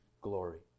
glory